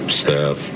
staff